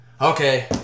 Okay